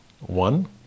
One